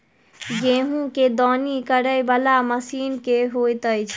गेंहूँ केँ दौनी करै वला मशीन केँ होइत अछि?